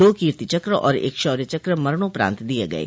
दो कीर्ति चक्र और एक शौर्य चक्र मरणोपरांत दिये गये